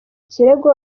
kirego